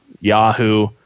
Yahoo